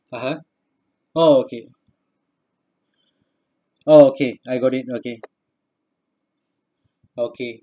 (uh huh) oh okay okay I got it okay okay so